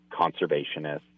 conservationists